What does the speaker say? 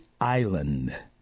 island